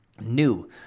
New